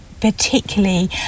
particularly